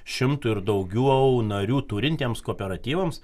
šimtui ir daugiau narių turintiems kooperatyvams